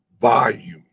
volume